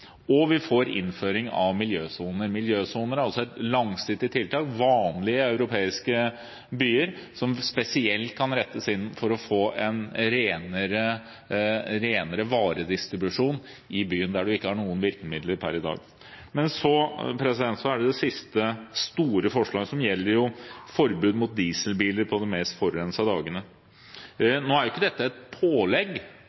Vi får innføring av miljøsoner. Miljøsoner er også et langsiktig tiltak – vanlig i europeiske byer – som spesielt kan rettes inn for å få en renere varedistribusjon i byen, der du ikke har noen virkemidler per i dag. Så er det det siste store forslaget, som gjelder forbud mot dieselbiler på de mest forurensede dagene. Nå er jo ikke dette et pålegg